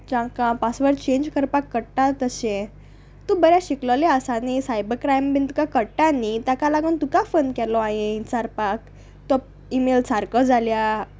जांकां password change करपाक कळटा तशें तूं बरें शिकलोलें आसा न्ही सायबर क्रायम बीन तुका कळटा न्ही ताका लागून तुका फोन केलो हांवें विचारपाक तो इमेल सारको जाल्या